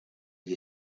gli